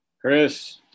Chris